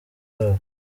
babo